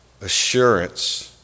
Assurance